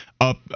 up